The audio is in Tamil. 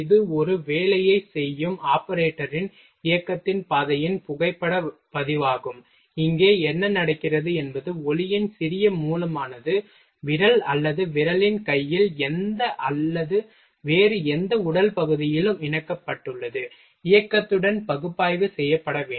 இது ஒரு வேலையைச் செய்யும் ஆபரேட்டரின் இயக்கத்தின் பாதையின் புகைப்படப் பதிவாகும் இங்கே என்ன நடக்கிறது என்பது ஒளியின் சிறிய மூலமானது விரல் அல்லது விரலின் கையில் எந்த அல்லது வேறு எந்த உடல் பகுதியிலும் இணைக்கப்பட்டுள்ளது இயக்கத்துடன் பகுப்பாய்வு செய்யப்பட வேண்டும்